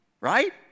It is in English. Right